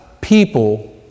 people